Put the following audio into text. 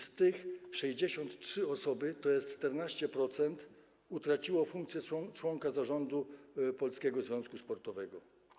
Z tych osób 63 osoby, tj. 14%, utraciły funkcję członka zarządu polskiego związku sportowego.